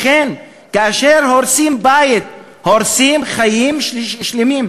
לכן, כאשר הורסים בית, הורסים חיים שלמים.